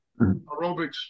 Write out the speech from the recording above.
aerobics